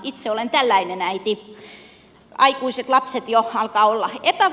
itse olen tällainen äiti aikuisia lapset jo alkavat olla